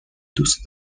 دوست